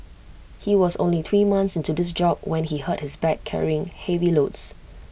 he was only three months into his job when he hurt his back carrying heavy loads